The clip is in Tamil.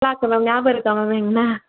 க்ளாஸ்ஸெல்லாம் ஞாபகம் இருக்கா மேம் என்னை